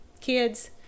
kids